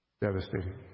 Devastating